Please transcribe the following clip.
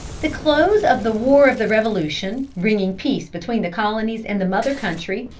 the close of the war of the revolution, bringing peace between the colonies and the mother country,